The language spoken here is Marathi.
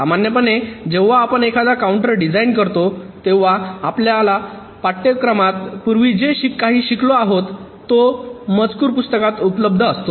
सामान्यपणे जेव्हा आपण एखादा काउंटर डिझाईन करतो तेव्हा आपल्या पाठ्यक्रमात पूर्वी जे काही शिकलो आहोत तो मजकूर पुस्तकात उपलब्ध असतो